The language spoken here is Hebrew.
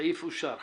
אין נמנעים,